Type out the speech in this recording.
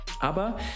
Aber